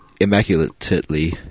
immaculately